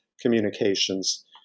communications